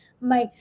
Mike